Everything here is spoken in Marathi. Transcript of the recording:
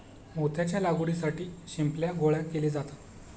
मोत्याच्या लागवडीसाठी शिंपल्या गोळा केले जातात